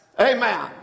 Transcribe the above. Amen